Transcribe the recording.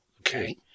Okay